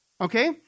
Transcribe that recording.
Okay